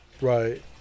Right